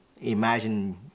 Imagine